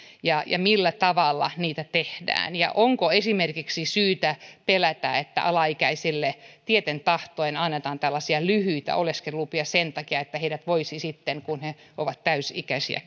ja ja millä tavalla niitä tehdään onko esimerkiksi syytä pelätä että alaikäisille tieten tahtoen annetaan tällaisia lyhyitä oleskelulupia sen takia että heidät voisi käännyttää sitten kun he ovat täysi ikäisiä